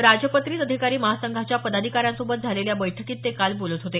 राजपत्रित अधिकारी महासंघाच्या पदाधिकाऱ्यांसोबत झालेल्या बैठकीत ते काल बोलत होते